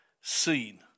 seen